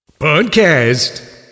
Podcast